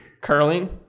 curling